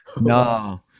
no